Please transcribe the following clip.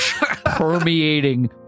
permeating